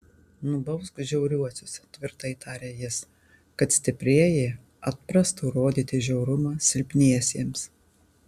nubausk žiauriuosius tvirtai tarė jis kad stiprieji atprastų rodyti žiaurumą silpniesiems